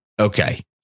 okay